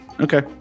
Okay